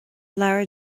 leabhar